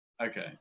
okay